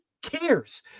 Cares